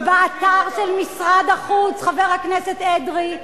באתר של משרד החוץ, חבר הכנסת אדרי,